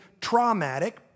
traumatic